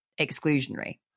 exclusionary